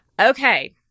Okay